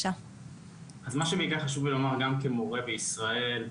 מה שחשוב לי לומר גם כמורה בישראל,